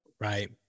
Right